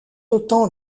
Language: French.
autant